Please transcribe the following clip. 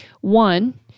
One